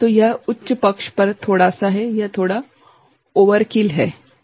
तो यह उच्च पक्ष पर थोड़ा सा है यह थोड़ा ओवरकिल है ठीक है